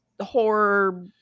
horror